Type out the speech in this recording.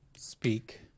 Speak